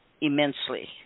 immensely